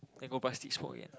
then go back he smoke again